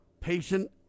patient